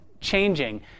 changing